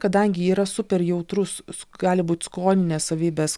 kadangi jie yra super jautrus gali būt skoninės savybės